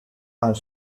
are